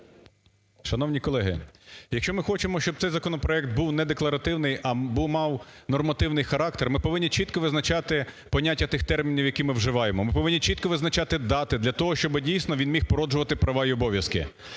Шановні колеги, якщо ми хочемо, щоб цей законопроект був не декларативний, а мав нормативний характер, ми повинні чітко визначати поняття тих термінів, які ми вживаємо, ми повинні чітко визначати дати для того, щоб дійсно він міг породжувати права і обов'язки.